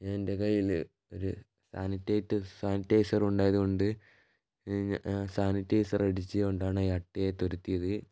ഞാൻ എൻ്റെ കയ്യില് ഒരു സാനിറ്റൈറ്റ് സാനിറ്റൈസർ ഉണ്ടായത് കൊണ്ട് ഞാൻ സാനിറ്റൈസർ അടിച്ചുകൊണ്ടാണ് ഈ അട്ടയെ തുരത്തിയത്